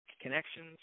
connections